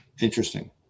Interesting